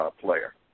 player